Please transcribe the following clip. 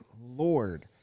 Lord